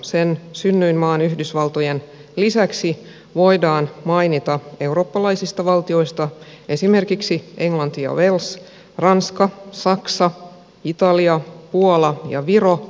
sen synnyinmaan yhdysvaltojen lisäksi voidaan mainita eurooppalaisista valtioista esimerkiksi englanti ja wales ranska saksa italia puola ja viro